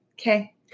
Okay